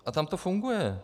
A tam to funguje.